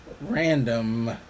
random